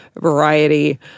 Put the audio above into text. variety